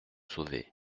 sauver